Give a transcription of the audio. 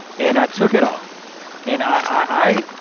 and i took it off and i